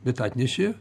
bet atnešė